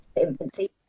infancy